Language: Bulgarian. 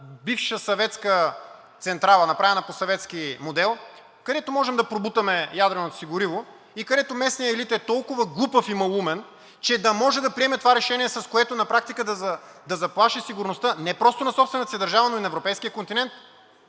бивша съветска централа, направена по съветски модел, където можем да пробутаме ядреното си гориво и където местният елит е толкова глупав и малоумен, че да може да приеме това решение, с което на практика да заплаши сигурността не просто на собствената си държава, но и на европейския континент.